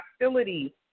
hostility